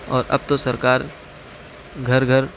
اور اب تو سرکار گھر گھر